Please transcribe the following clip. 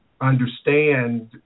understand